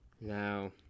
Now